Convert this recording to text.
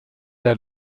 der